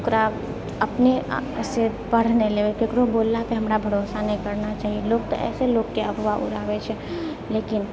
ओकरा अपने आपसँ पढ़ि नहि लेबै ककरो बोललापर हमरा भरोसा नहि करना चाहिअऽ लोक तऽ अइसे लोकके अफवाह उड़ाबै छै लेकिन